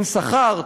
עם שכר,